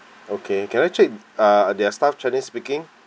okay can I check ah are their staff chinese speaking